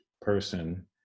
person